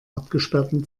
abgesperrten